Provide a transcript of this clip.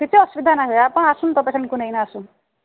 କିଛି ଅସୁବିଧା ନାହିଁ ଆସନ୍ତୁ ତ ପେସେଣ୍ଟକୁ ନେଇକି ନା ଆସୁନ୍